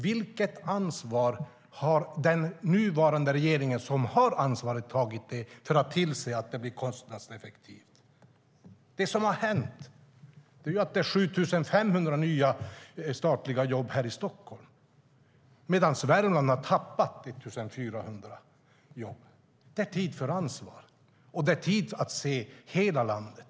Vilket ansvar har den nuvarande regeringen, som har ansvaret, tagit för att tillse att det blir kostnadseffektivt? Det som har hänt är att det är 7 500 nya statliga jobb här i Stockholm. Värmland har däremot tappat 1 400 jobb. Det är tid för ansvar, och det är tid att se hela landet.